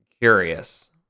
curious